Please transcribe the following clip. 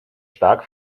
stark